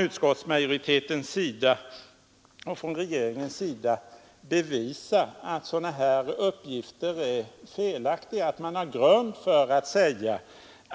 Utskottsmajoriteten och regeringen måste väl ändå bevisa att sådana uppgifter som jag lämnat är felaktiga och att det finns grund för utskottets påstående